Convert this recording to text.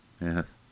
yes